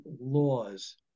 laws